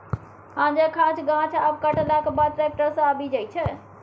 हांजक हांज गाछ आब कटलाक बाद टैक्टर सँ आबि जाइ छै